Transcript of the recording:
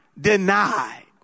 denied